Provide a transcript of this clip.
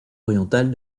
orientale